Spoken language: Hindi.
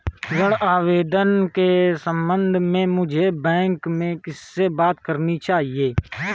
ऋण आवेदन के संबंध में मुझे बैंक में किससे बात करनी चाहिए?